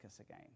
again